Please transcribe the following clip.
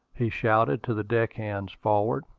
he shouted to the deckhands forward,